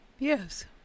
yes